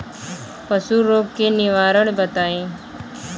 पशु रोग के निवारण बताई?